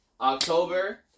October